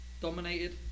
dominated